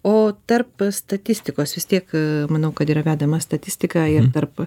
o tarp statistikos vis tiek manau kad yra vedama statistika ir tarp